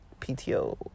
PTO